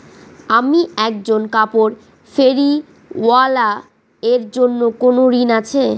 আমি একজন কাপড় ফেরীওয়ালা এর জন্য কোনো ঋণ আছে?